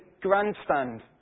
grandstand